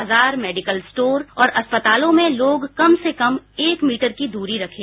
बाजार medical store और अस्पतालॉमें लोग कम से कम एक मीटर की दूरी रखें